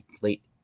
late